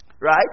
Right